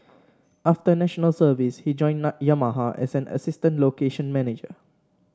after National Service he joined Yamaha as an assistant location manager